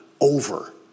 over